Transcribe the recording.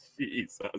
Jesus